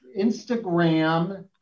Instagram